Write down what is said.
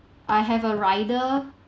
I have a rider